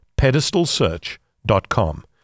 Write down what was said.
pedestalsearch.com